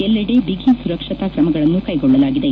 ಎಲ್ಲೆಡೆ ಬಿಗಿ ಸುರಕ್ಷತಾ ಕ್ರಮಗಳನ್ನು ಕ್ವೆಗೊಳ್ಳಲಾಗಿದೆ